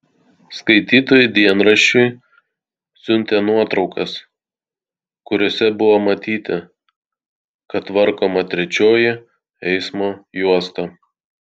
skaitytojai dienraščiui siuntė nuotraukas kuriose buvo matyti kad tvarkoma trečioji eismo juosta